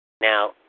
Now